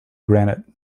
granite